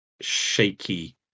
shaky